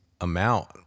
amount